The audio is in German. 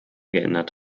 geändert